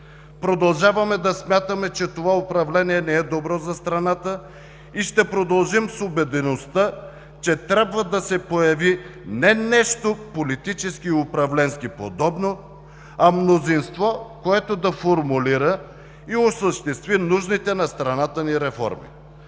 Продължаваме да смятаме, че това управление не е добро за страната, и ще продължим с убедеността, че трябва да се появи не нещо политически и управленски подобно, а мнозинство, което да формулира и осъществи нужните на страната ни реформи.